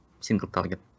single-target